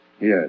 Yes